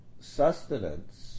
sustenance